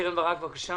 קרן ברק, בבקשה.